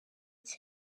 twese